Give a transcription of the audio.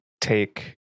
take